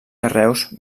carreus